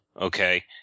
okay